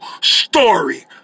story